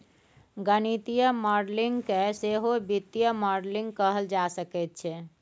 गणितीय मॉडलिंग केँ सहो वित्तीय मॉडलिंग कहल जा सकैत छै